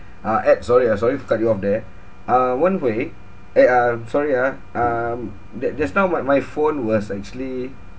uh ed sorry ah sorry to cut you off there uh wen-hui eh uh sorry ah um that just now my my phone was actually